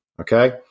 okay